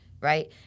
Right